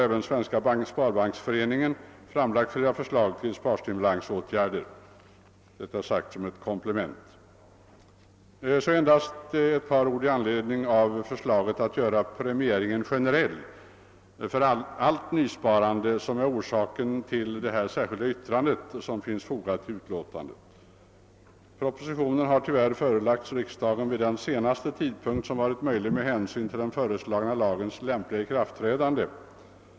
Även Svenska sparbanksföreningen har samlat förslag till sparstimulerande åtgärder. Detta sagt som ett komplement. Sedan endast ett par ord i anledning av förslaget att göra premieringen generell för allt nysparande och som föranlett det särskilda yttrande som är fogat till utlåtandet. Propositionen har tyvärr förelagts riksdagen vid den senaste tidpunkt som varit möjlig med hänsyn till den föreslagna lagens lämpliga ikraftträdande.